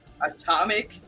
Atomic